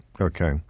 Okay